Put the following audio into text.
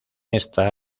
esta